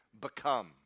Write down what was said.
become